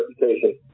reputation